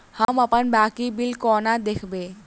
हम अप्पन बाकी बिल कोना देखबै?